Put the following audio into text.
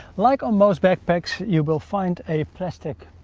like on most backpacks, you will find a plastic,